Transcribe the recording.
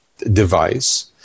device